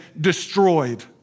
destroyed